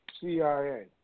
CIA